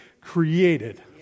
created